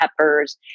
peppers